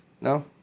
No